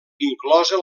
inclosa